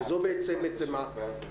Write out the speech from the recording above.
זו בעצם השאלה.